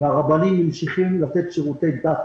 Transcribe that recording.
והרבנים ממשיכים לתת שירותי דת